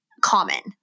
common